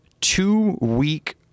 Two-week